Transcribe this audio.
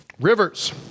rivers